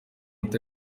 utari